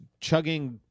chugging